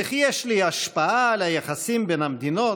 וכי יש לי השפעה על היחסים בין המדינות?